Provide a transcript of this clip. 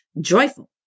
Joyful